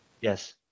Yes